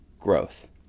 growth